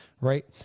right